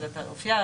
אופייה,